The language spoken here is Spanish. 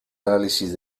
análisis